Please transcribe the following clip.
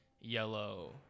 Yellow